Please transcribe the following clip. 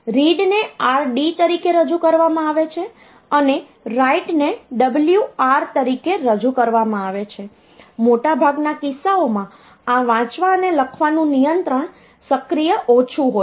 read ને RD તરીકે રજૂ કરવામાં આવે છે અને રાઇટ ને WR તરીકે રજૂ કરવામાં આવે છે મોટાભાગના કિસ્સાઓમાં આ વાંચવા અને લખવાનું નિયંત્રણ સક્રિય ઓછું હોય છે